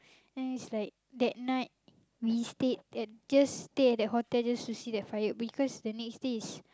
then it's like that night we stayed at just stay at that hotel just to see that firework because the next day is